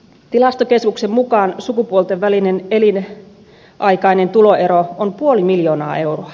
tilastokeskuksen mukaan sukupuolten välinen elinaikainen tuloero on puoli miljoonaa euroa